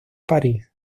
parís